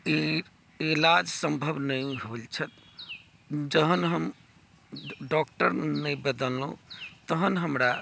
ई इलाज सम्भव नहि होइ छल जहन हम डॉक्टर नहि बदललहुँ तहन हमरा